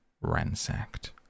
ransacked